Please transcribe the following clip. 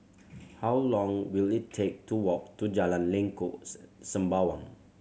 how long will it take to walk to Jalan Lengkok Sembawang